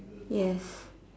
yes